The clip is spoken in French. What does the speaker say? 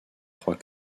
trois